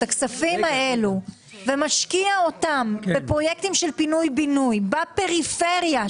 את הכספים האלה ומשקיע אותם בפרויקטים של פינוי-בינוי בפריפריה,